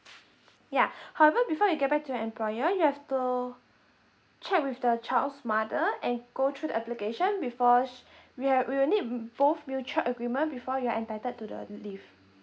yeah however before you get back to your employer you have to check with the child's mother and go through the application before she we ha~ we will need both mutual agreement before you're entitled to the leave